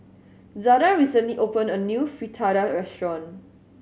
Zada recently opened a new Fritada restaurant